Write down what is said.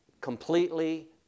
completely